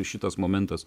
šitas momentas